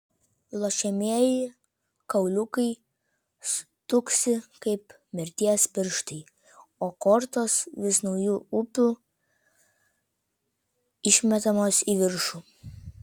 lošiamieji kauliukai stuksi kaip mirties pirštai o kortos vis nauju ūpu išmetamos į viršų